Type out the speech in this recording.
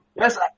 Yes